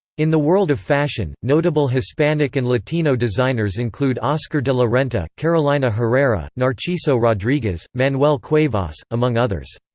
in the world of fashion, notable hispanic and latino designers include oscar de la renta, carolina herrera, narciso rodriguez, manuel cuevas, among others.